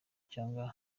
cyangwa